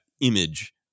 image